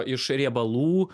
iš riebalų